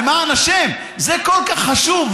למען השם, זה כל כך חשוב.